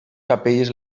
capelles